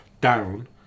down